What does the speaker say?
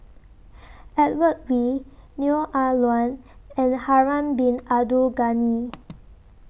Edmund Wee Neo Ah Luan and Harun Bin Abdul Ghani